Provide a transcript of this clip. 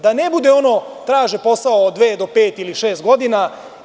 Da ne bude ono – traže posao od dve do pet ili šest godina.